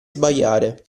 sbagliare